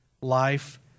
life